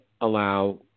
allow